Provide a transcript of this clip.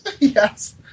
Yes